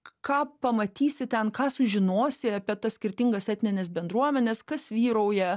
ką pamatysi ten ką sužinosi apie tas skirtingas etnines bendruomenes kas vyrauja